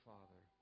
Father